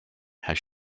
has